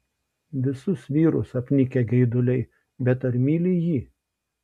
visus vyrus apnikę geiduliai bet ar myli jį